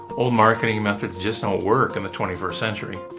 old marketing methods just don't work in the twenty first century.